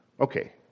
Okay